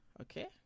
Okay